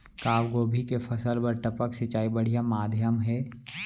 का गोभी के फसल बर टपक सिंचाई बढ़िया माधयम हे?